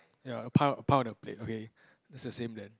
ya a pile a pile on your plate okay that's the same then